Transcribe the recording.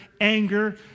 anger